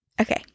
Okay